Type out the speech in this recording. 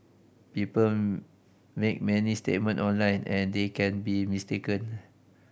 people make many statement online and they can be mistaken